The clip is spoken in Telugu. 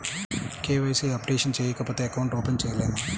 కే.వై.సి అప్డేషన్ చేయకపోతే అకౌంట్ ఓపెన్ చేయలేమా?